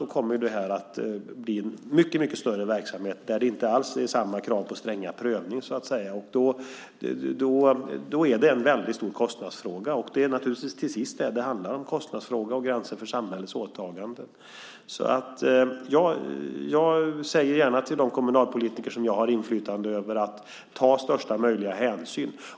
Då skulle detta bli en mycket större verksamhet utan samma krav på sträng prövning. Det blir en väldigt stor kostnadsfråga, och det är naturligtvis till sist det det handlar om: kostnadsfrågan och gränsen för samhällets åtaganden. Jag säger gärna till de kommunalpolitiker som jag har inflytande över att ta största möjliga hänsyn.